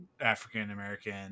african-american